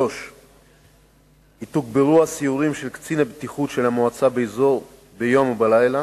3. יתוגברו הסיורים של קצין הבטיחות של המועצה באזור ביום ובלילה,